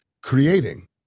creating